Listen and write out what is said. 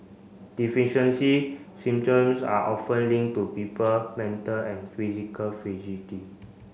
deficiency syndromes are often linked to people mental and physical